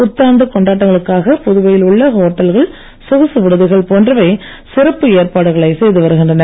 புத்தாண்டு கொண்டாட்டங்களுக்காக புதுவையில் உள்ள ஓட்டல்கள் சொகுசு விடுதிகள் போன்றவை சிறப்பு ஏற்பாடுகளை செய்து வருகின்றன